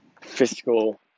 fiscal